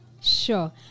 Sure